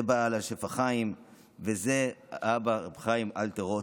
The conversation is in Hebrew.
זה בעל השפע חיים וזה האבא הרב חיים אלתר רוט,